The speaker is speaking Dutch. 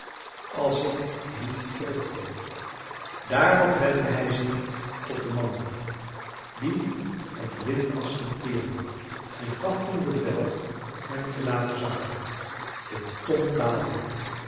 als ik niet terugkom daarop wendde hij zich tot de mannen die het windas hanteerden en gaf toen bevel hem te laten zakken de ton daalde